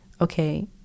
Okay